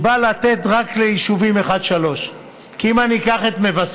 כך שהיא באה לתת רק ליישובים 1 3. כי אם אני אקח את מבשרת,